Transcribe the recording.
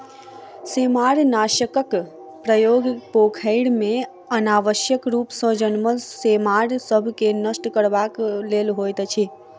सेमारनाशकक प्रयोग पोखैर मे अनावश्यक रूप सॅ जनमल सेमार सभ के नष्ट करबाक लेल होइत अछि